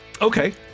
Okay